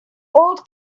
old